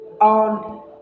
on